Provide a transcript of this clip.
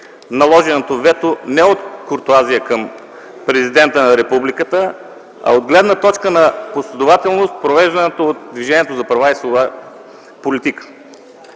наложеното вето не от куртоазия към президента на Републиката, а от гледна точка на последователност в провежданата от Движението за права и свободи политика.